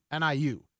NIU